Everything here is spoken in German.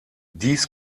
dies